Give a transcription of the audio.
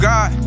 God